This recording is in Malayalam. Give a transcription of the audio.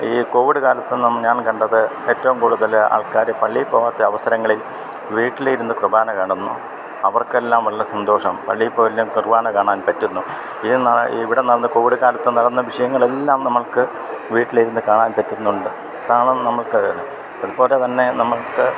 ഈ കോവിഡ് കാലത്ത് നം ഞാൻ കണ്ടത് ഏറ്റവും കൂടുതല് ആൾക്കാര് പള്ളിയിൽ പോവാത്ത അവസരങ്ങളിൽ വീട്ടിലിരുന്ന് കുർബാന കാണുന്നു അവർക്കെല്ലാം വളരെ സന്തോഷം പള്ളിയിൽ പോയില്ലേലും കുർബാന കാണാൻ പറ്റുന്നു ഈ ന ഇവിടെ നടന്ന് കോവിഡ് കാലത്ത് നടന്ന വിഷയങ്ങളെല്ലാം നമുക്ക് വീട്ടിലിരുന്ന് കാണാൻ പറ്റുന്നുണ്ട് കാണാൻ നമുക്ക് കഴിയണം അതുപോലെ തന്നെ നമുക്ക്